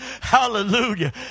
hallelujah